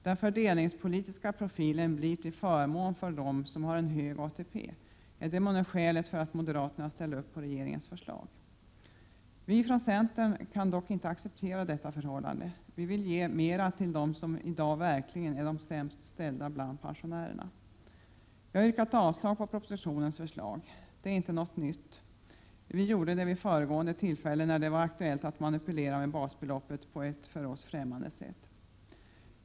Den fördelningspolitiska profilen blir till förmån för dem som har en hög ATP. Är det månne skälet till att moderaterna ställer upp på regeringens förslag? Vi från centern kan dock inte acceptera detta förhållande. Vi vill ge mer till dem som i dag verkligen är de sämst ställda bland pensionärerna. Vi har yrkat avslag på propositionens förslag. Det är inte något nytt. Vi gjorde det vid det föregående tillfälle då det var aktuellt att manipulera med basbeloppet på ett för oss främmande sätt.